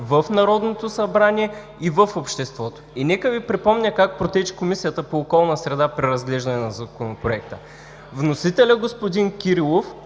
в Народното събрание и в обществото“. Нека да Ви припомня как прочете Комисията по околна среда при разглеждане на Законопроекта. Вносителят господин Кирилов,